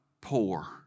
poor